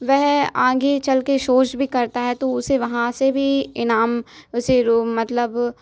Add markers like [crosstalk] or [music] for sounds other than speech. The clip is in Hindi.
वह आंगे चल के शोज भी करता है तो उसे वहाँ से भी इनाम उसे [unintelligible] मतलब